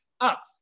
up